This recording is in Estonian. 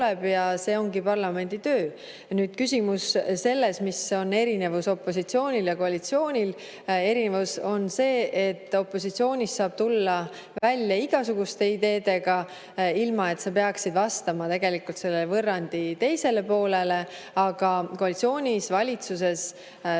See ongi parlamendi töö. Küsimus sellest, mis on erinevus opositsioonil ja koalitsioonil. Erinevus on see, et opositsioonis saab tulla välja igasuguste ideedega, ilma et sa peaksid vastama tegelikult võrrandi teisele poolele, aga koalitsioonis, valitsuses, sa